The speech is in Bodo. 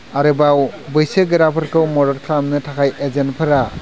आरोबाव बैसोगोराफोरखौ मदद खालामनो थाखाय एजेन्टफोरा